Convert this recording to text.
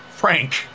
frank